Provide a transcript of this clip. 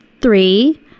three